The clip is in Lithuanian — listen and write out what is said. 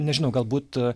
nežinau galbūt